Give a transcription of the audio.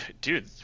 dude